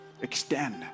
extend